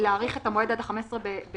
להאריך את המועד עד ל-15 במרץ,